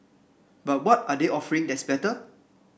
but what are they offering that's better